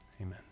amen